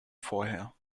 vorher